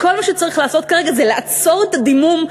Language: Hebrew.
כל מה שצריך לעשות כרגע זה לעצור את הדימום,